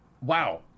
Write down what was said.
Wow